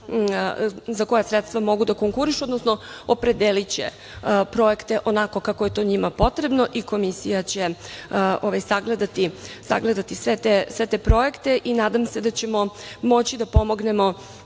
za koja sredstva mogu da konkurišu, odnosno opredeliće projekte onako kako je to njima potrebno i komisija će sagledati sve te projekte i nadam se da ćemo moći da pomognemo,